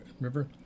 River